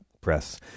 press